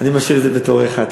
אני משאיר את זה לתורך את.